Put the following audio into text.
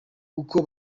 uko